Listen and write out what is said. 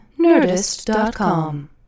Nerdist.com